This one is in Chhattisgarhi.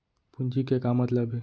पूंजी के का मतलब हे?